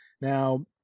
Now